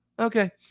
okay